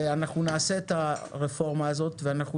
ואנחנו נעשה את הרפורמה הזאת ואנחנו